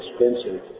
expensive